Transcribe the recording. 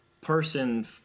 person